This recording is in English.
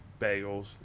bagels